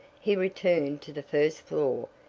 he returned to the first floor,